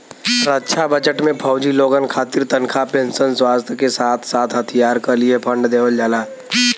रक्षा budget में फौजी लोगन खातिर तनखा पेंशन, स्वास्थ के साथ साथ हथियार क लिए फण्ड देवल जाला